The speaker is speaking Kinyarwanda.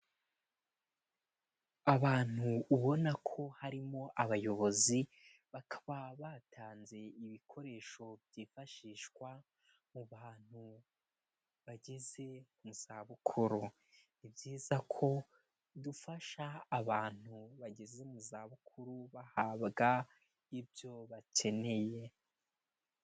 Abantu ubona ko harimo abayobozi, bakaba batanze ibikoresho byifashishwa mu bantu bageze mu zabukuru. Ni byiza ko dufasha abantu bageze mu zabukuru bahabwa ibyo bakeneye.